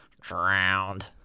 drowned